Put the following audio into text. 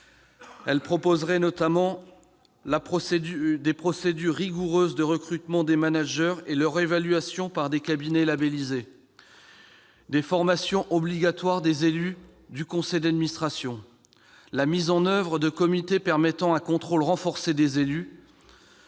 charte proposerait notamment des procédures rigoureuses de recrutement des managers et leur évaluation par des cabinets labellisés ; des formations obligatoires des élus du conseil d'administration ; la mise en oeuvre de comités permettant un contrôle renforcé des élus